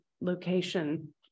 location